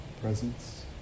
Presence